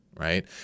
right